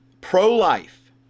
pro-life